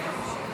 תקציב